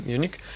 unique